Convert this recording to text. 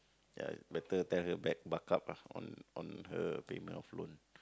ya better tell her back buck-up lah on on her payment of loan